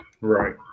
right